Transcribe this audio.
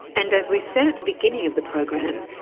and as we said at the beginning of the program,